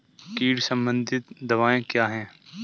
कीट संबंधित दवाएँ क्या हैं?